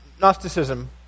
Gnosticism